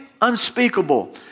unspeakable